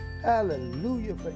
hallelujah